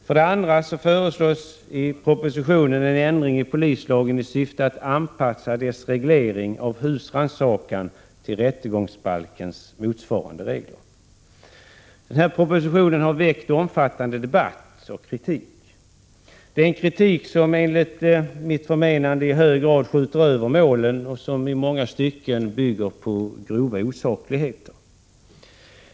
För det andra föreslås i propositionen en ändring i polislagen i syfte att anpassa dess reglering av husrannsakan till rättegångsbalkens motsvarande regler. Den här propositionen har väckt omfattande debatt och kritik. Det är en kritik som enligt mitt förmenande i hög grad har skjutit över målet och som i många stycken bygger på grova osakligheter.